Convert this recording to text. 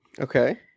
Okay